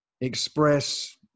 express